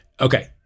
Okay